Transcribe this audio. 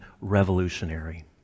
revolutionary